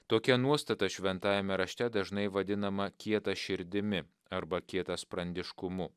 tokia nuostata šventajame rašte dažnai vadinama kieta širdimi arba kietasprandiškumu